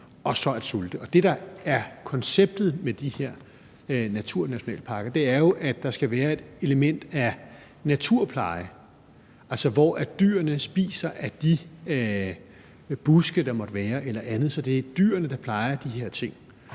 og så sulte. Og det, der er konceptet med de her naturnationalparker, er jo, at der skal være et element af naturpleje, altså hvor dyrene spiser af de buske, der måtte være, eller andet, sådan at det er dyrene, der plejer de her ting.